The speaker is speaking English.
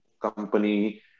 company